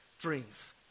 dreams